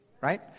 Right